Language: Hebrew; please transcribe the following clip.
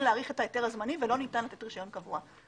להאריך את ההיתר הזמני ולא ניתן לתת רישיון קבוע.